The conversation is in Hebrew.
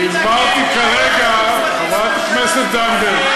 היועץ המשפטי לממשלה מתנגד.